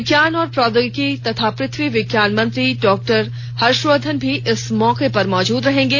विज्ञान और प्रौद्योगिकी तथा पृथ्वी विज्ञान मंत्री डॉक्टर हर्षवर्धन भी इस मौके पर मौजूद रहेंगे